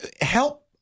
help